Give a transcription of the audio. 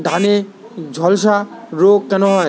ধানে ঝলসা রোগ কেন হয়?